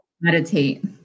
meditate